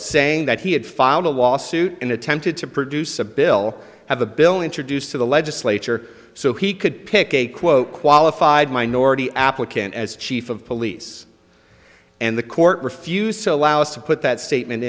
saying that he had filed a lawsuit and attempted to produce a bill have a bill introduced to the legislature so he could pick a quote qualified minority applicant as chief of police and the court refused to allow us to put that statement